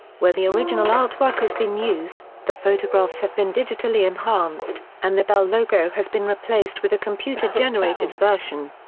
where the original artwork has been used, the photographs have been digitally enhanced, and the bell logo has been replaced with a computer-generated version.